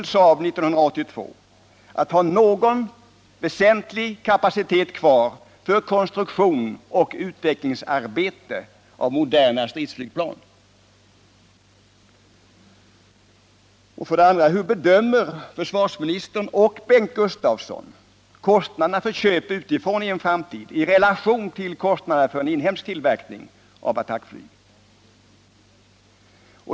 Saab att 1982 ha någon väsentlig kapacitet kvar för konstruktion och utveckling av moderna stridsflygplan? 2. Hur bedömer försvarsministern och Bengt Gustavsson kostnaderna i en framtid för köp utifrån i relation till kostnaderna för en inhemsk tillverkning av attackplan?